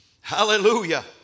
Hallelujah